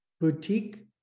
Boutique